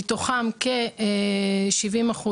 מתוכן כ-70%,